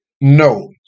no